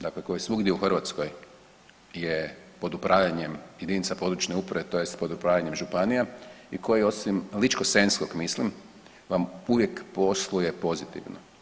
Dakle, ko i svugdje u Hrvatskoj je pod upravljanjem jedinica područne uprave tj. pod upravljanjem županija i koji osim Ličko-senjskog mislim vam uvijek posluje pozitivno.